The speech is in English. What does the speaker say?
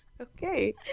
Okay